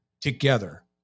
together